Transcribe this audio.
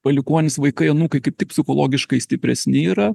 palikuonys vaikai anūkai kaip tik psichologiškai stipresni yra